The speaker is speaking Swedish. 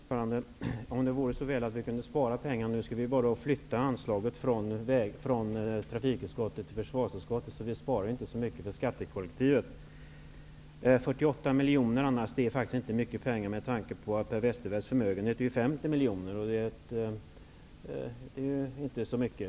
Herr talman! Om det vore så väl att vi kunde spara pengar, men nu skulle vi bara flytta anslaget från trafikutskottet till försvarsutskottet. Därmed skulle vi inte spara så mycket för skattekollektivet. 48 miljoner är inte mycket pengar, med tanke på att Per Westerbergs förmögenhet är 50 miljoner -- det är ju tydligen inte så mycket.